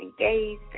engaged